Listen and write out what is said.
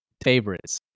favorites